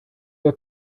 your